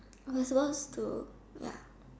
we're supposed to ya